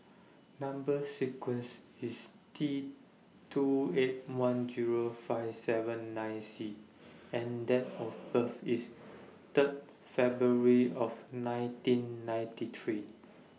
Number sequence IS T two eight one Zero five seven nine C and Date of birth IS Third February of nineteen ninety three